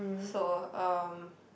so um